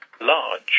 large